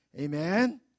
Amen